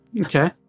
Okay